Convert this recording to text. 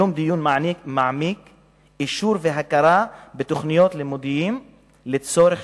אישור והכרה בתוכניות לימודים לצורך